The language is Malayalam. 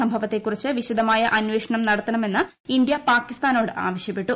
സംഭവത്തെക്കുറിച്ച് വിശദമായ അന്വേഷണം നടത്തണമെന്ന് ഇന്ത്യ പാകിസ്ഥാനോട് ആവശ്യപ്പെട്ടു